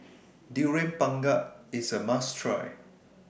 Durian Pengat IS A must Try